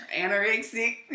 anorexic